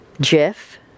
Jeff